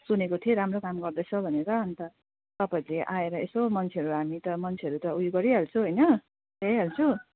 सुनेको थिएँ राम्रो काम गर्दैछ भनेर अन्त तपाईँहरूले आएर यसो मान्छेहरू हामी त मान्छेहरू त उयो गरिहाल्छौँ होइन ल्याइहाल्छौँ